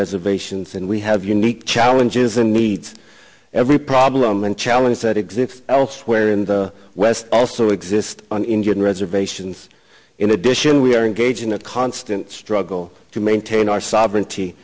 reservations and we have unique challenges and meet every problem and challenge that exists elsewhere in the west also exist on indian reservations in addition we are engaged in a constant struggle to maintain our sovereignty